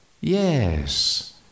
Yes